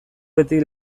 beti